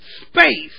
Space